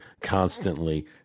constantly